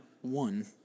one